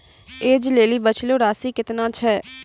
ऐज लेली बचलो राशि केतना छै?